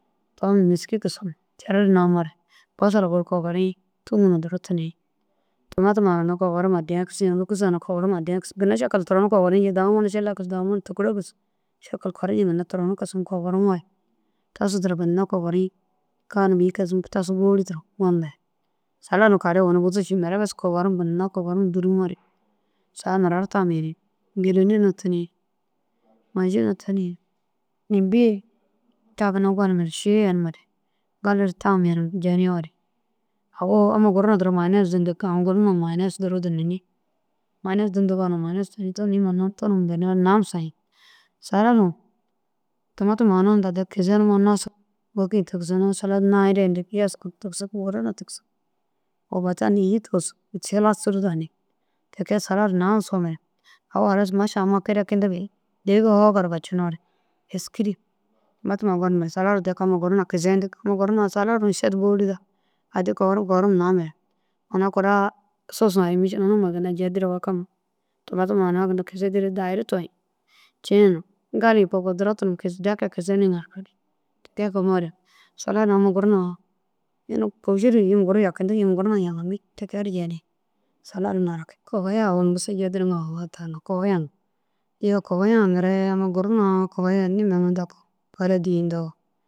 Toom nêski kisim cirri ru naamoore basala duro kogorii tûm na duro tunii. Tumatuma na ginna kogorum addiya kisi hôgusa na kogorum addiya kisi ginna šekel turon kogorii njiyoo dagimoo na šila gis dagimoo na tûkula gis. Šekel korii ñiŋa ginna turonu kisim kogorumoore tasu duro ginna kogori kaa numa îyi kazumare tasu bôli duro gonumare siladu kari owoni buzu cii mire bes kogorum ginna kogorum dûrumoore saga muraru tamu yeni. Gîleni na tunii maaji na tunii imbi ta ginna gonumare ši yenimere gali tam yenimoore jendimoore au amma gura duro mayinas dundug au mayinas duro dununni mayinas dundigonoo mayinas tuni dundi bêkinoo na nam soyi. Siladu tumatuma una hundaa deki kizenimoo nasig wôki tigisinoo silat nasire ndig yesku tigisig wuru na tigisig ô batan îyi na tigisig silat sûrdanni. Ti kee silat sûrdanni nam somare au halas maša amma kirekindigi dêga foo gor gabcinoore êski ru tumatuma gonumare siladu deki kizeyindig amma gur na êšer bôli daha addi kogorum namare ina kura sos nima ye šilu unu numa ye ginna jedire wokama tumatuma hunna ye ina ginna kizeyida dahuru toyi. Ciina gali koo dahiri toyi ŋa ru duro tunum deki kizeniŋa gali. Ti kee kisimoore amma gur na kôši ru yim gur na jakin tidig yim gur na jakindinni te kee ru jeni siladu. Kowoye ini gisu jediniŋa hata no kowayaŋa iyoo kowoya mire amma gur na kowoye nimaŋa daku mbare dîi indoo.